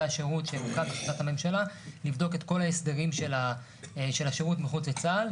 השירות שהוקם בהחלטת הממשלה לבדוק את כל ההסדרים של השירות מחוץ לצה"ל,